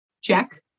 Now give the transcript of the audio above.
Check